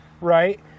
Right